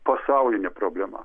pasaulinė problema